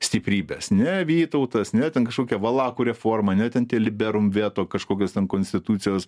stiprybės ne vytautas ne ten kažkokia valakų reformą ne ten tie liberum veto kažkokios ten konstitucijos